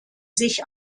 sich